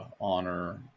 honor